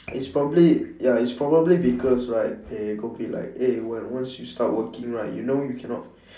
it's probably ya it's probably because right eh like eh one once you start working right you know you cannot